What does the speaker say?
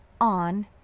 On